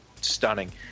stunning